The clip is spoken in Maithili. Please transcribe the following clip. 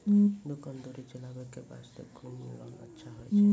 दुकान दौरी चलाबे के बास्ते कुन लोन अच्छा होय छै?